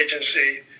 Agency